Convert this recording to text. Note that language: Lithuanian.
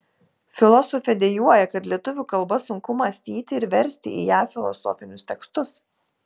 filosofė dejuoja kad lietuvių kalba sunku mąstyti ir versti į ją filosofinius tekstus